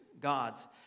gods